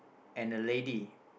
and a lady